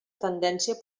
tendència